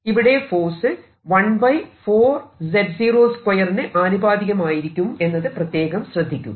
ഇവിടെ force 1 4z02 ന് ആനുപാതികമായിരിക്കും എന്നത് പ്രത്യേകം ശ്രദ്ധിക്കുക